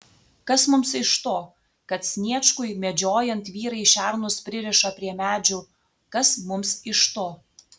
kas mums iš to kad sniečkui medžiojant vyrai šernus pririša prie medžių kas mums iš to